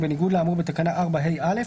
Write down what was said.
ובניגוד לאמור בתקנה 4ה(4).